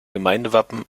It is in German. gemeindewappen